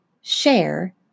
share